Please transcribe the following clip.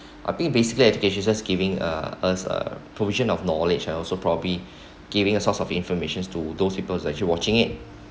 I think basically education just giving uh us a provision of knowledge and also probably giving a source of information to those people's actually watching it